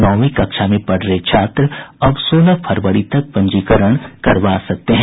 नौवीं कक्षा में पढ़ रहे छात्र अब सोलह फरवरी तक पंजीकरण करवा सकते हैं